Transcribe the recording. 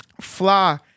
Fly